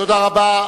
תודה רבה.